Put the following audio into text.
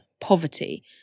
poverty